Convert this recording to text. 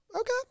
Okay